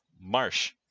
Marsh